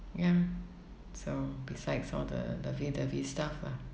ya so besides all the lovely dovey stuff lah